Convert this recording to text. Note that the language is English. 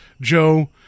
Joe